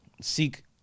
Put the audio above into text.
seek